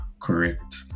correct